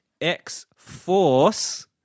X-Force